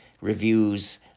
reviews